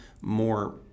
more